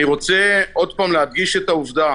אני רוצה עוד פעם להדגיש את העובדה